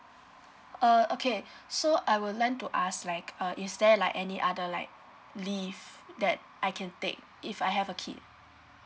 uh okay so I would like to ask like uh is there like any other like leave that I can take if I have a kid